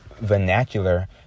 vernacular